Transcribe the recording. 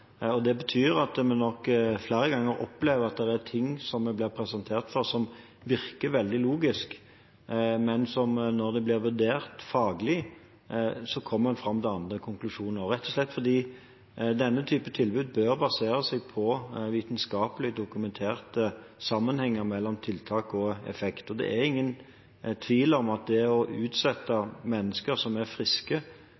det betyr at vi flere ganger opplever at det er ting vi blir presentert for, som virker veldig logisk. Men når det blir vurdert faglig, kommer man fram til andre konklusjoner, rett og slett fordi denne typen tilbud bør basere seg på vitenskapelig dokumenterte sammenhenger mellom tiltak og effekt. Det er ingen tvil om at det å utsette